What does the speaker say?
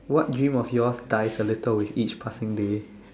what dream of yours dies a little with each passing day